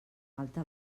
alta